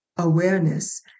awareness